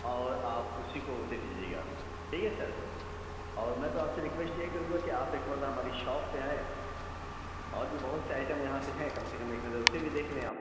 اور آپ اُسی کو دے دیجیے گا ٹھیک ہے سر اور میں تو آپ سے ریکویسٹ یہ کروں گا کہ آپ ایک مرتبہ ہماری شاپ پہ آئیں اور بھی بہت سے آئٹم یہاں پہ ہیں کم سے کم ایک نظر اُسے بھی دیکھ لیں آپ